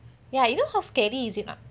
ya you know how scary is it not